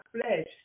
flesh